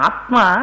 Atma